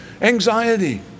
anxiety